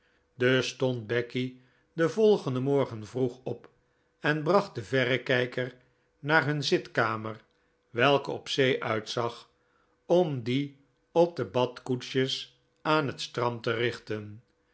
dus stond becky den volgenden morgen vroeg op en bracht den verrekijker naar hun zitkamer welke op zee uitzag om dien op de badkoetsjes aan het strand te richten